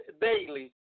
daily